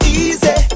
easy